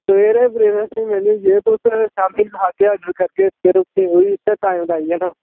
सवेरे ब्रेकफास्ट च मेन्यू जे तुस शाम्मी खाह्गे आर्डर करगे रुट्टी ओह् ही उस्सै टाइम दा आई जाना